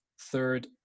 third